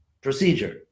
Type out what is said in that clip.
procedure